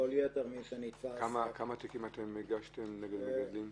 כל יתר מי שנתפס --- כמה תיקים הגשתם נגד המגדלים?